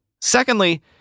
Secondly